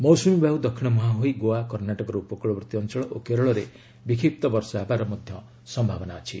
ମୌସୁମୀବାୟୁ ଦକ୍ଷିଣମୁହାଁ ହୋଇ ଗୋଆ କର୍ଣ୍ଣାଟକର ଉପକୂଳବର୍ତ୍ତୀ ଅଞ୍ଚଳ ଓ କେରଳରେ ବିକ୍ଷିପ୍ତ ବର୍ଷା ହେବାର ସମ୍ଭାବନା ଅଛି